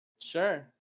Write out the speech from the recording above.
Sure